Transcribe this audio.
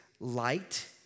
Light